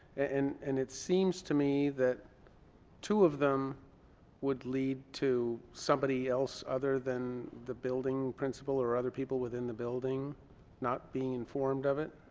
and and it seems to me that two of them would lead to somebody else other than the building principal or other people within the building not being informed of it,